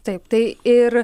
taip tai ir